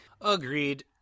Agreed